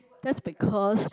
that's because